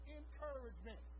encouragement